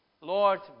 Lord